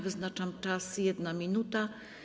Wyznaczam czas - 1 minuta.